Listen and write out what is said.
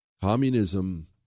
Communism